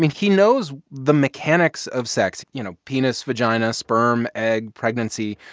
he knows the mechanics of sex, you know, penis, vagina, sperm, egg, pregnancy.